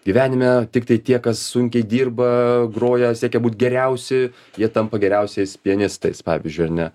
gyvenime tiktai tie kas sunkiai dirba groja siekia būt geriausi jie tampa geriausiais pianistais pavyzdžiui ar ne